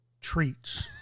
treats